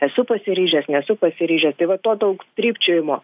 esu pasiryžęs nesu pasiryžęs tai va to daug trypčiojimo